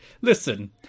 listen